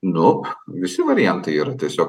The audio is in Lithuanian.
nu visi variantai yra tiesiog